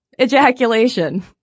Ejaculation